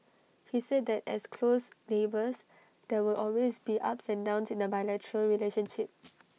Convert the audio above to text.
he said that as close neighbours there will always be ups and downs in the bilateral relationship